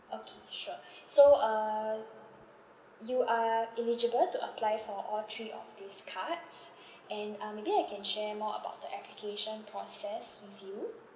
okay sure so uh you are eligible to apply for all three of these cards and uh maybe I can share more about the application process with you